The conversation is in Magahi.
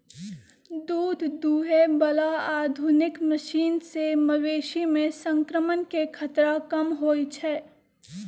दूध दुहे बला आधुनिक मशीन से मवेशी में संक्रमण के खतरा कम होई छै